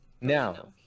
Now